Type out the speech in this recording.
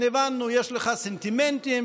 יש לך סנטימנטים,